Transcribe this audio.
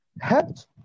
helped